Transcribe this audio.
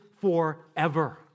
forever